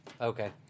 Okay